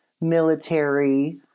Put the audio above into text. military